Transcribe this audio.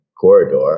corridor